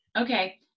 Okay